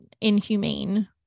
inhumane